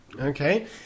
Okay